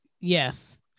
Yes